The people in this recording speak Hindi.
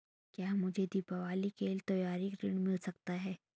क्या मुझे दीवाली के लिए त्यौहारी ऋण मिल सकता है?